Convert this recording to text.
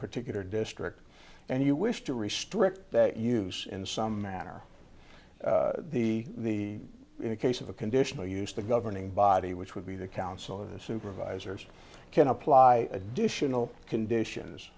particular district and you wish to restrict that use in some manner the the case of a conditional use the governing body which would be the council of the supervisors can apply additional conditions